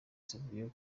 savio